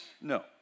No